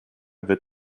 wird